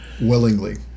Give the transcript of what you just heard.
willingly